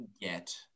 get